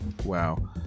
Wow